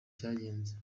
cyagenze